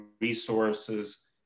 resources